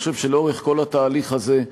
אני חושב שלאורך כל התהליך הזה,